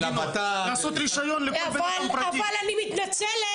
אבל אני מתנצלת,